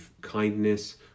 kindness